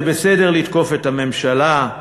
זה בסדר לתקוף את הממשלה,